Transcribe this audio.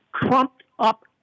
trumped-up